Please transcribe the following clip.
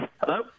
hello